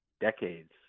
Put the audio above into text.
decades